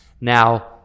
Now